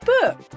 book